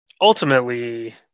Ultimately